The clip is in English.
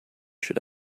should